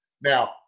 Now –